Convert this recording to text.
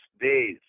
days